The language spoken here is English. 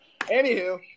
Anywho